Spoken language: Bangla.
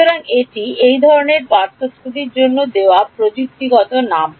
সুতরাং এটি এই ধরনের পার্থক্যটির জন্য দেওয়া প্রযুক্তিগত নাম